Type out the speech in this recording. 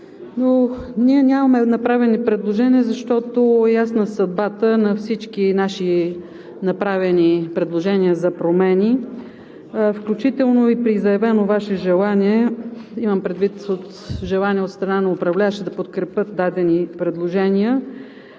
Ние нямаме направени предложения, защото е ясна съдбата на всички наши предложения за промени, включително и при заявено Ваше желание – имам предвид желание от страна на управляващите да подкрепят дадени предложения,